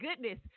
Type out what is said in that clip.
goodness